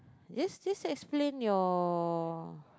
just this explain your